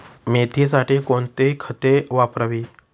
मेथीसाठी कोणती खते वापरावी?